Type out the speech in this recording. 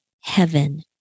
heaven